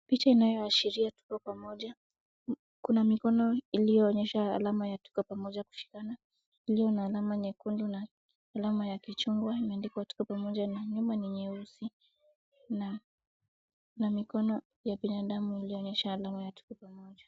Picha inayoashiria tuko pamoja. Kuna mikono iliyoonyesha alama ya tuko pamoja kushikana, iliyo na alama nyekundu na alama ya kichungwa imeandikwa Tuko Pamoja na nyuma ni nyeusi na mikono ya binadamu iliyoonyesha alama ya tuko pamoja.